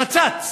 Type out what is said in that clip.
חצץ